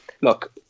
Look